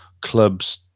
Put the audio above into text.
clubs